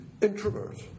introvert